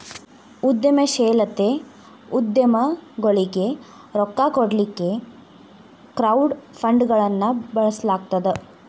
ಉದ್ಯಮಶೇಲತೆ ಉದ್ಯಮಗೊಳಿಗೆ ರೊಕ್ಕಾ ಕೊಡ್ಲಿಕ್ಕೆ ಕ್ರೌಡ್ ಫಂಡ್ಗಳನ್ನ ಬಳಸ್ಲಾಗ್ತದ